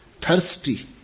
thirsty